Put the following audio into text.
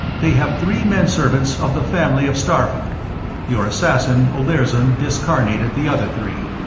they have three menservants of the family of starpha your assassin, olirzon, discarnated the other three.